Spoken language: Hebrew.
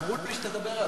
אמרו לי שתדבר עלי.